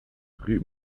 rue